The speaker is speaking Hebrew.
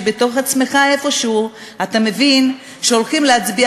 שבתוך עצמך איפשהו אתה מבין שאתם הולכים להצביע